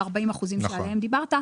ה-40% שעליהם דיברת.